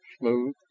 smooth